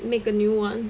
make a new [one]